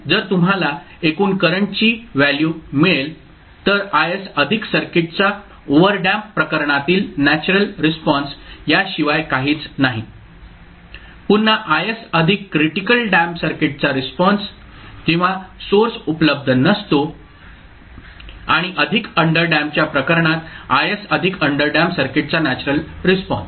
जर तुम्हाला एकूण करंटची व्हॅल्यू मिळेल तर Is अधिक सर्किटचा ओव्हरडॅम्प्ड प्रकरणातील नॅचरल रिस्पॉन्स या शिवाय काहीच नाही पुन्हा Is अधिक क्रिटिकल डॅम्प्ड सर्किटचा रिस्पॉन्स जेव्हा सोर्स उपलब्ध नसतो आणि अधिक अंडर डॅम्प्डच्या प्रकरणात Is अधिक अंडरडॅम्प्ड सर्किटचा नॅचरल रिस्पॉन्स